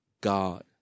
God